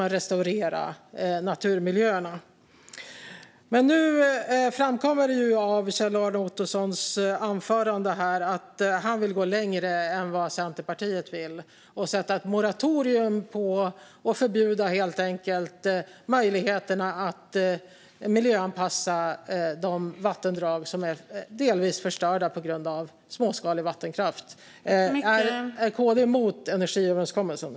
Nu framkommer det av Kjell-Arne Ottossons anförande att han vill gå längre än Centerpartiet och sätta ett moratorium och helt enkelt förbjuda möjligheterna att miljöanpassa de vattendrag som delvis har blivit förstörda på grund av småskalig vattenkraft. Är KD mot energiöverenskommelsen?